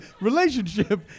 relationship